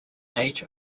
age